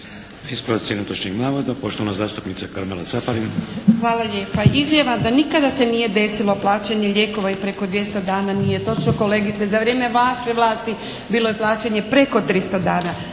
Ispravci netočnih navoda. Poštovana zastupnica Karmela Caparin. **Caparin, Karmela (HDZ)** Hvala lijepa. Izjava da nikada se nije desilo plaćanje lijekova i preko 200 dana nije točno. Kolegice za vrijeme vaše vlasti bilo je plaćanje preko 300 dana.